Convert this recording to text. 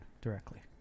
directly